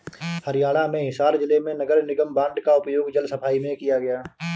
हरियाणा में हिसार जिले में नगर निगम बॉन्ड का उपयोग जल सफाई में किया गया